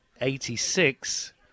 eighty-six